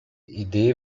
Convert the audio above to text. idee